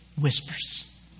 whispers